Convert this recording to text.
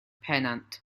pennant